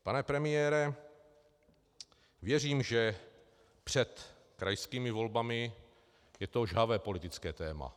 Pane premiére, věřím, že před krajskými volbami je to žhavé politické téma.